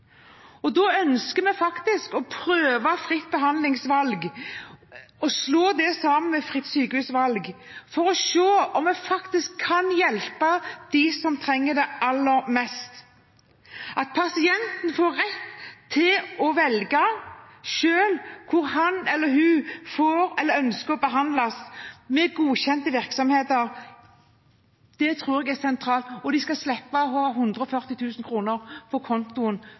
Da ønsker vi å prøve fritt behandlingsvalg og slå det sammen med fritt sykehusvalg for å se om vi faktisk kan hjelpe dem som trenger det aller mest. At pasienten får rett til å velge selv hvor han eller hun får eller ønsker behandling ved godkjente virksomheter, tror jeg er sentralt – og de skal slippe å måtte ha 140 000 kr på kontoen